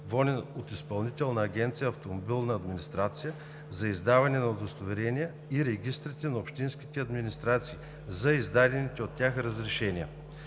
воден от Изпълнителна агенция „Автомобилна администрация“ за издадените удостоверения и регистрите на общинските администрации – за издадените от тях разрешения.